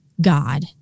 God